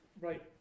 right